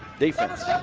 defense